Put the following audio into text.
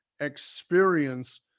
experience